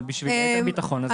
אבל ליתר ביטחון כן.